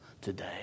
today